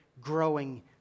growing